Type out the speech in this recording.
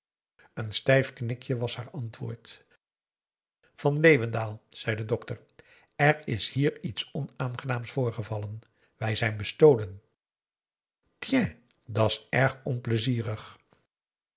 een stijf knikje was haar antwoord van leeuwendaal zei de dokter er is hier iets onaangenaams voorgevallen wij zijn bestolen t i e n s da's erg onpleizierig